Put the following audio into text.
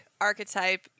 archetype